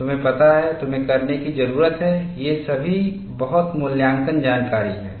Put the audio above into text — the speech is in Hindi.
तुम्हें पता है तुम्हें करने की जरूरत है ये सभी बहुत मूल्यवान जानकारी हैं